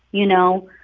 you know,